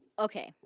okay,